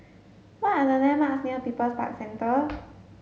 what are the landmarks near People's Park Centre